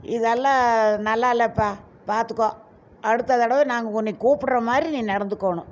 இதல்லாம் நல்லா இல்லைப்பா பார்த்துக்கோ அடுத்த தடவை நாங்கள் உன்னை கூப்பிடுற மாதிரி நீ நடந்துக்கணும்